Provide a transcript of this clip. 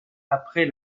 après